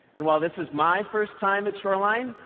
and while this is my first time at shoreline,